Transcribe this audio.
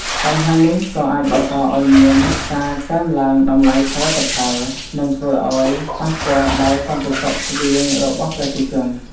បញ្ហានេះក៏អាចបង្កឲ្យមានការកើនឡើងតម្លៃផលិតផល និងធ្វើឲ្យប៉ះពាល់ដល់សន្តិសុខស្បៀងរបស់ប្រជាជន